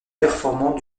performants